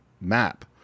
map